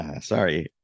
Sorry